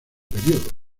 periodo